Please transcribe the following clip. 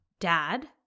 dad